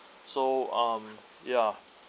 so um ya